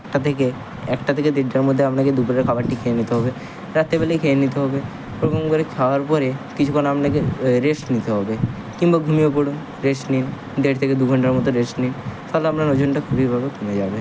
একটা থেকে একটা থেকে দেড়টার মধ্যে আপনাকে দুপুরের খাবারটি খেয়ে নিতে হবে রাত্তেবেলায় খেয়ে নিতে হবে ওরকম করে খাওয়ার পরে কিছুক্ষণ আপনাকে রেস্ট নিতে হবে কিম্বা ঘুমিয়ে পড়ুন রেস্ট নিন দেড় থেকে দু ঘন্টার মতো রেস্ট নিন তাহলে আপনার ওজনটা খুবই ভাবে কমে যাবে